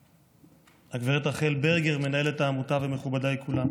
הגב' רחל ברגר, מנהלת העמותה, ומכובדיי כולם.